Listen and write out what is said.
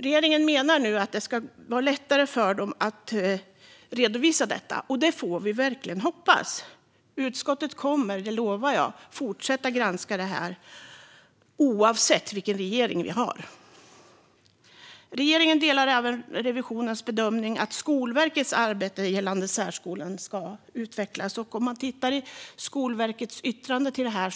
Regeringen menar nu att det ska vara lättare för dem att redovisa detta, och det får vi verkligen hoppas. Oavsett vilken regering vi har lovar jag att utskottet kommer att fortsätta att granska det här. Regeringen delar även Riksrevisionens bedömning att Skolverkets arbete gällande särskolan ska utvecklas, och i Skolverkets yttrande till detta